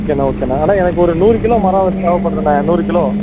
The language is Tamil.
ஓகேண்ணே ஓகேண்ணே அண்ணே எனக்கு ஒரு நூறு கிலோ மரம் தேவைப்படுதுண்ண நூறு கிலோ